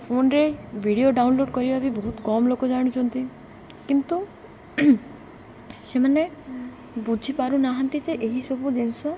ଫୋନ୍ରେ video download କରିବା ବି ବହୁତ କମ୍ ଲୋକ ଜାଣୁଛନ୍ତି କିନ୍ତୁ ସେମାନେ ବୁଝିପାରୁନାହାନ୍ତି ଯେ ଏହିସବୁ ଜିନିଷ